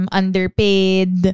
underpaid